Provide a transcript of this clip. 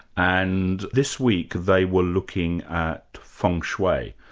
and this week they were looking at feng shui.